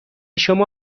شما